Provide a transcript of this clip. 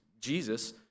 Jesus